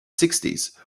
sixties